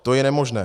To je nemožné.